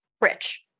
rich